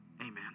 amen